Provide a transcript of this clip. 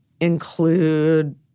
include